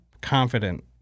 confident